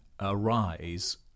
Arise